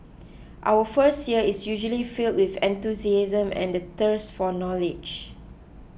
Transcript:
our first year is usually filled with enthusiasm and the thirst for knowledge